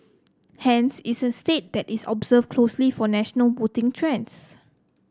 hence it's a state that is observed closely for national voting trends